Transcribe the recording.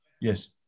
Yes